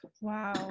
Wow